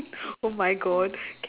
oh my god